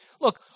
look